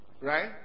right